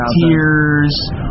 Tears